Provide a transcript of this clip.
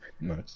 Nice